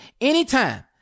anytime